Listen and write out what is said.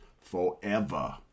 forever